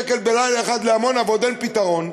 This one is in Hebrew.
שקל בלילה אחד לעמונה ועוד אין פתרון,